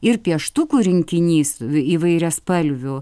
ir pieštukų rinkinys įvairiaspalvių